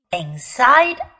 inside